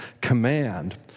command